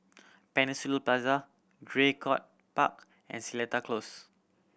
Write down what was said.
Peninsula Plaza Draycott Park and Seletar Close